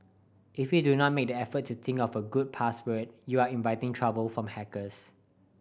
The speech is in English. if you do not make the effort to think of a good password you are inviting trouble from hackers